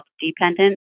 dependent